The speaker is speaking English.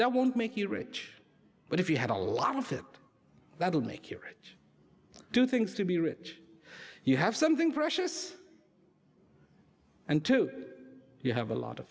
that won't make you rich but if you had a lot of it that will make your age do things to be rich you have something precious and too you have a lot of